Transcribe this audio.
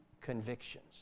convictions